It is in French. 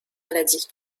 maladies